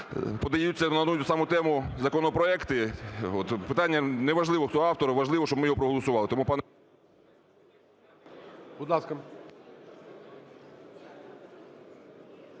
подаються на одну і ту саму тему законопроекти. Питання – не важливо, хто автор, важливо - щоб ми його проголосували.